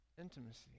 intimacy